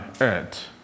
earth